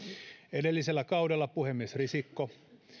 edellisellä kaudella puhemies risikko